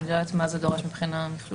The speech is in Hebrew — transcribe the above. אני לא יודעת מה זה דורש מבחינה מחשובית,